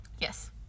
Yes